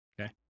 Okay